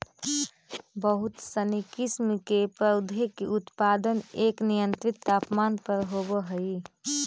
बहुत सनी किस्म के पौधा के उत्पादन एक नियंत्रित तापमान पर होवऽ हइ